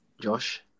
Josh